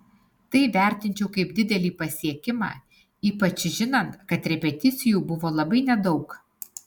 tai vertinčiau kaip didelį pasiekimą ypač žinant kad repeticijų buvo labai nedaug